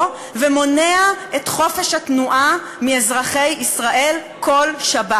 ומונע את חופש התנועה מאזרחי ישראל כל שבת,